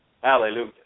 Hallelujah